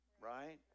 Right